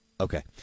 Okay